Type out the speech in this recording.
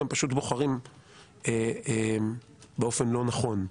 הם פשוט בוחרים באופן לא נכון.